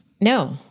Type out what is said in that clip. No